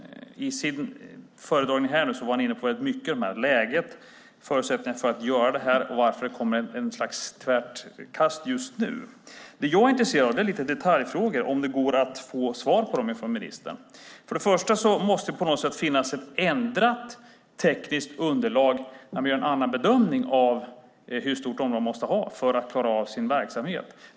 I sitt anförande var han mycket inne på läget, förutsättningarna för att göra detta och varför det kommer ett slags tvärt kast just nu. Det som jag är intresserad av är lite detaljfrågor som jag skulle vilja ha svar på från ministern. Först och främst måste det finnas ett ändrat tekniskt underlag där man gör en annan bedömning av hur stort område som man måste ha för att klara av sin verksamhet.